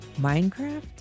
Minecraft